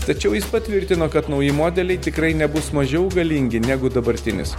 tačiau jis patvirtino kad nauji modeliai tikrai nebus mažiau galingi negu dabartinis